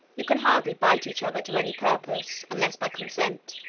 you can hardly bite each other to any purpose, unless by consent.